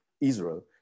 israel